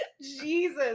jesus